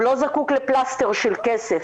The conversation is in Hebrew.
הוא לא זקוק לפלסתר של כסף,